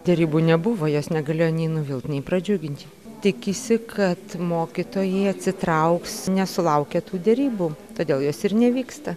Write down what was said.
derybų nebuvo jos negalėjo nei nuvilt nei pradžiugint tikisi kad mokytojai atsitrauks nesulaukę tų derybų todėl jos ir nevyksta